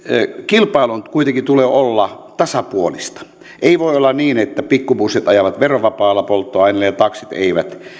kilpailun kuitenkin tulee olla tasapuolista ei voi olla niin että pikkubussit ajavat verovapaalla polttoaineella ja taksit eivät